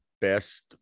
best